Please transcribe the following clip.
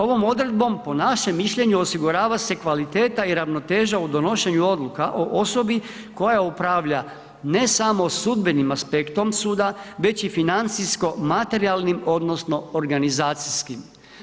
Ovom odredbom, po našem mišljenju, osigurava se kvaliteta i ravnoteža u donošenju odluka o osobi koja upravlja, ne samo sudbenim aspektom suda, već i financijsko-materijalnim odnosno organizacijskim.